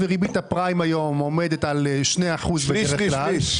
וריבית הפריים היום עומדת על 2% בדרך כלל.